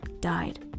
died